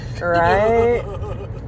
right